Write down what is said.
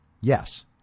Yes